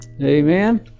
Amen